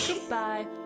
Goodbye